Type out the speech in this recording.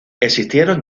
existieron